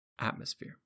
atmosphere